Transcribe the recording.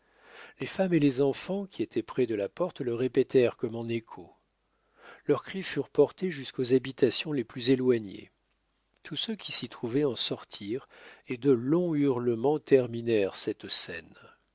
les femmes et les enfants qui étaient près de la porte le répétèrent comme en écho leurs cris furent portés jusqu'aux habitations les plus éloignées tous ceux qui sy trouvaient en sortirent et de longs hurlements terminèrent cette scène